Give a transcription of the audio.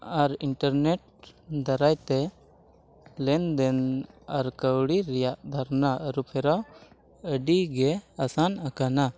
ᱟᱨ internet ᱫᱟᱨᱟᱭᱛᱮ ᱞᱮᱱᱫᱮᱱ ᱟᱨ ᱠᱟᱹᱣᱰᱤ ᱨᱮᱭᱟᱜ ᱫᱷᱟᱨᱱᱟ ᱟᱹᱨᱩᱯᱷᱮᱨᱟᱣ ᱟᱹᱰᱤᱜᱮ ᱟᱥᱟᱱ ᱟᱠᱟᱱᱟ